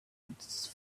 its